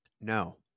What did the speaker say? No